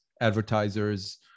advertisers